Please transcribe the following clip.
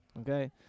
okay